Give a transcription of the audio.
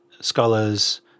scholars